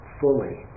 fully